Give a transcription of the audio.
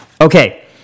Okay